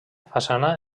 façana